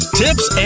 tips